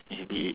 it's a bit l~